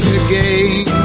again